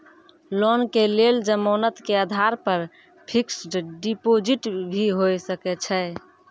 Loan के लेल जमानत के आधार पर फिक्स्ड डिपोजिट भी होय सके छै?